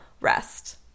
rest